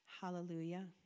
Hallelujah